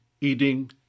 eating